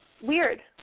Weird